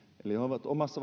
he ovat omassa